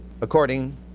according